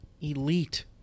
elite